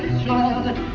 childhood